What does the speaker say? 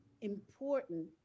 important